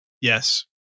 Yes